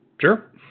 Sure